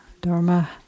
Dharma